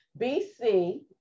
BC